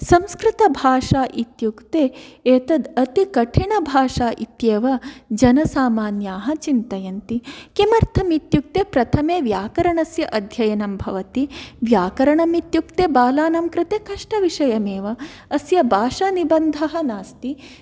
संस्कृतभाषा इत्युक्ते एतद् अतिकठिनभाषा इत्येव जनसामान्याः चिन्तयन्ति किमर्थम् इत्युक्ते प्रथमे व्याकरणस्य अध्ययनं भवति व्याकरणमित्युक्ते बालानां कृते कष्टविषयमेव अस्य भाषानिबन्धः नास्ति